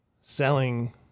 selling